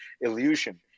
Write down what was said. illusion